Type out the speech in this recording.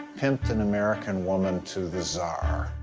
pimped an american woman to the czar.